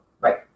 right